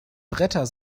bretter